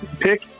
pick